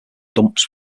dumps